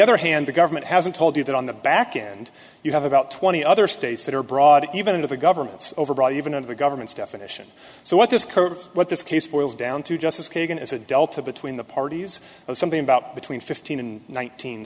other hand the government hasn't told you that on the back end you have about twenty other states that are broad even into the government's overbroad even under the government's definition so what this what this case boils down to justice kagan is a delta between the parties something about between fifteen and nineteen